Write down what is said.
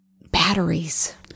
Batteries